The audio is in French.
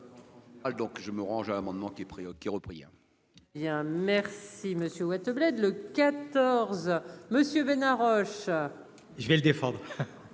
Donc je me range un amendement qui est pris